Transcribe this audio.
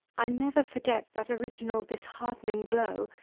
i never forget that original disheartening blow,